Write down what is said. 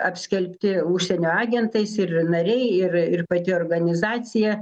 apskelbti užsienio agentais ir nariai ir ir pati organizacija